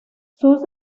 sus